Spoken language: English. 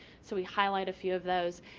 so we highlight a few of those,